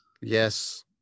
Yes